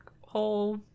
whole